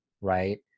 right